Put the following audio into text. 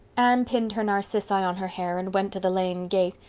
anne pinned her narcissi on her hair and went to the lane gate,